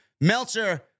Meltzer